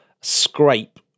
scrape